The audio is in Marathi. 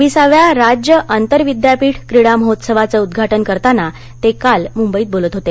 बाविसाव्या राज्य आंतर विद्यापिठ क्रीडा महोत्सवाचं उद्घाटन करताना ते काल मुंबईत बोलत होते